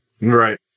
right